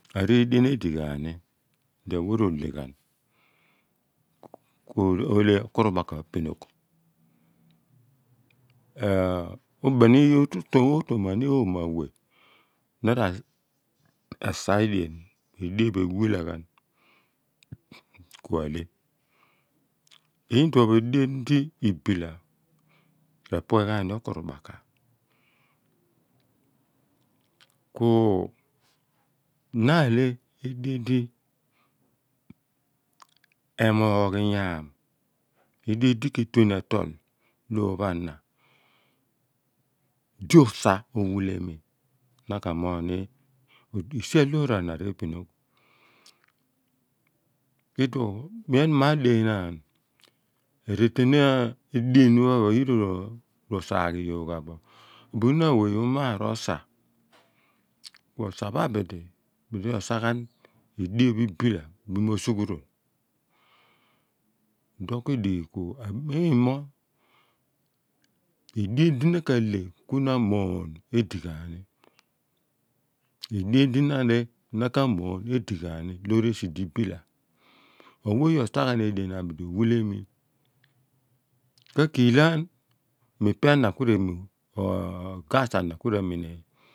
Aridien edigha ni di a weh r'ooleghe ghan ku ro lea bin okuru baku r'a pinoogh otumani, oomogh a wea mo na asa edien kori edean pho ewhila ghan kua lea iduon pho ediean dilbilah re pue gha ni okuru baka ku na alee edian di eemoogh inyaam ediem dike tue ni etool loor pho ana di osa o while mi na ka moogh ni esi aloor ana repinoogh idounpho mia mar adea naan reatean edian pho eph yie̱ ra̱ rosa ghi yoogh gha bo bu nirn awe umaar osar kuo sa pho abidi bidi rosar ghan kue dean phoibilah mo suughu ruon idoun kuidighi kua mem mo edean di na kale kuna amonnyedini ediean di na aleh na ka morony edighani loor esi di ibilah a̱ weye osa ghan edean abidi owi lea mi. kakiilaan mo ipe an kure wuneanor a gas ana kura munean.